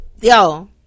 yo